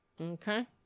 okay